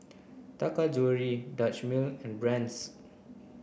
Taka Jewelry Dutch Mill and Brand's